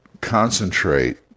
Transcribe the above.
concentrate